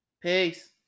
Peace